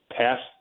past